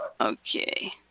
Okay